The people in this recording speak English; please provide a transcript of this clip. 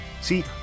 See